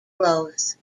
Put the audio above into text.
growth